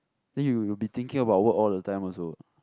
then you you'll be thinking about work all the time also